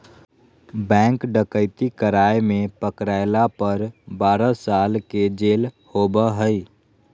bank डकैती कराय में पकरायला पर बारह साल के जेल होबा हइ